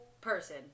person